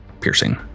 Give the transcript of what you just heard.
piercing